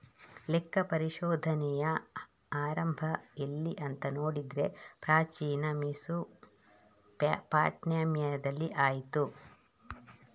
ಲೆಕ್ಕ ಪರಿಶೋಧನೆಯ ಆರಂಭ ಎಲ್ಲಿ ಅಂತ ನೋಡಿದ್ರೆ ಪ್ರಾಚೀನ ಮೆಸೊಪಟ್ಯಾಮಿಯಾದಲ್ಲಿ ಆಯ್ತು